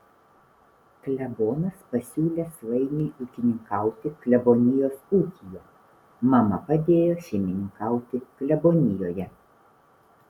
klebonas pasiūlė svainiui ūkininkauti klebonijos ūkyje mama padėjo šeimininkauti klebonijoje